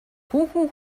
хүүхэн